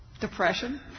depression